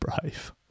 brave